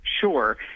Sure